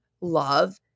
love